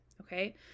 Okay